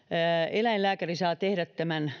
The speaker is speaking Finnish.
eläinlääkäri saa tehdä